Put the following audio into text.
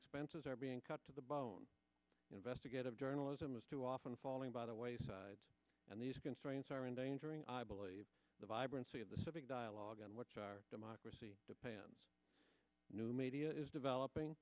expenses are being cut to the bone investigative journalism is too often falling by the wayside and these constraints are endangering i believe the vibrancy of the civic dialogue and what democracy depends new media is developing